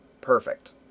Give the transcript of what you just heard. perfect